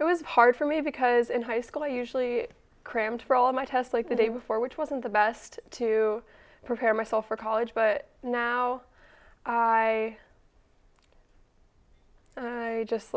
it was hard for me because in high school i usually crammed for all of my tests like the day before which wasn't the best to prepare myself for college but now i just